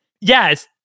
yes